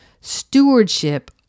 stewardship